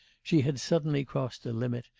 she had suddenly crossed the limit,